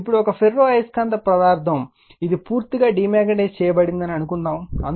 ఇప్పుడు ఒక ఫెర్రో అయస్కాంత పదార్థం ఇది పూర్తిగా డీమాగ్నిటైజ్ చేయబడిందని అనుకుందాం అందులో B H 0